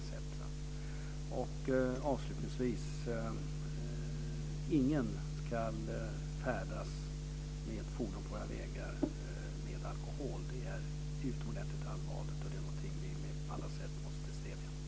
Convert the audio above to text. Ingen ska framföra ett fordon på våra vägar med alkohol i kroppen. Det är utomordentligt allvarligt, och det måste vi stävja på alla sätt.